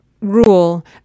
rule